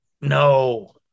no